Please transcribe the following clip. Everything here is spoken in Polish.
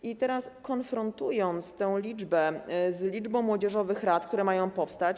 I teraz skonfrontujmy tę liczbę z liczbą młodzieżowych rad, które mają powstać.